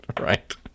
Right